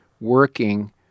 working